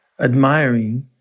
admiring